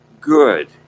good